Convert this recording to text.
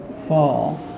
fall